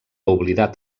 oblidat